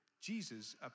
Jesus